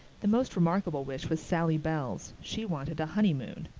the most remarkable wish was sally bell's. she wanted a honeymoon.